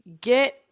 get